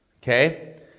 Okay